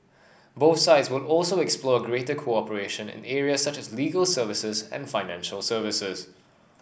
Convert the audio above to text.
both sides will also explore greater cooperation in areas such as legal services and financial services